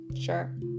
Sure